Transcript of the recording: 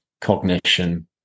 cognition